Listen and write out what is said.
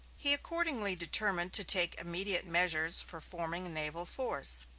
he accordingly determined to take immediate measures for forming a naval force.